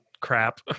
crap